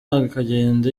akagenda